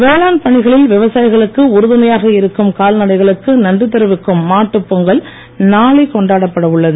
வேளாண் பணிகளில் விவசாயிகளுக்கு உறுதுணையாக இருக்கும் கால்நடைகளுக்கு நன்றி தெரிவிக்கும் மாட்டுப் பொங்கல் நாளை கொண்டாடப்பட உள்ளது